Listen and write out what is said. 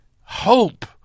Hope